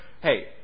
hey